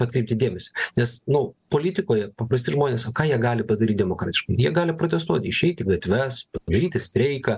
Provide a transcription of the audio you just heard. atkreipti dėmesį nes nu politikoje paprasti žmonės o ką jie gali padaryt demokratiškai jie gali protestuot išeit į gatves padaryti streiką